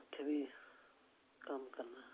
उत्थें बी कम्म करना